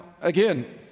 again